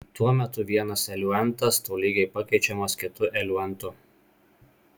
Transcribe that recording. tuo metu vienas eliuentas tolygiai pakeičiamas kitu eliuentu